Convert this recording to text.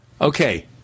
Okay